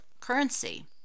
currency